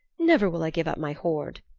never will i give up my hoard.